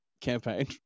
campaign